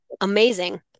amazing